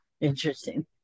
Interesting